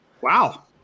Wow